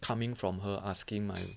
coming from her asking my